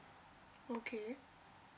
okay